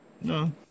No